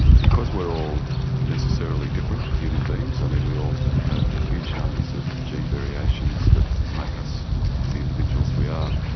because we are all necessarily different, human beings, i mean we all have huge numbers of gene variations that make us the individuals we are,